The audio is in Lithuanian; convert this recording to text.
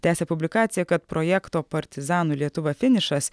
tęsia publikaciją kad projekto partizanų lietuva finišas